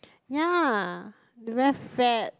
ya very fat